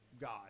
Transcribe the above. God